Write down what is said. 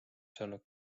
saanud